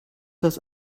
das